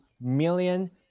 million